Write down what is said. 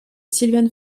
sylviane